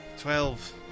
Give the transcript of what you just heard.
Twelve